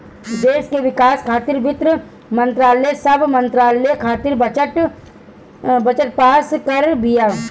देस के विकास खातिर वित्त मंत्रालय सब मंत्रालय खातिर बजट पास करत बिया